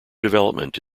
development